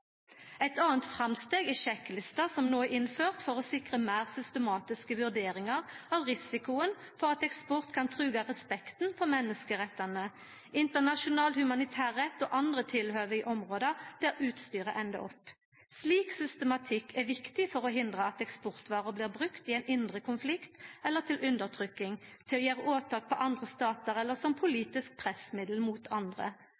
Eit anna framsteg er sjekklista som no er innført for å sikra systematiske vurderingar av risikoen for at eksport kan truga respekten for menneskerettane, internasjonal humanitærrett og andre tilhøve i områda der utstyret endar opp. Slik systematikk er viktig for å hindra at eksportvarer blir brukte i ein indre konflikt, til undertrykking, til å gjere åtak på andre statar, eller som politisk pressmiddel mot andre.